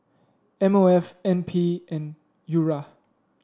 M O F N P and URA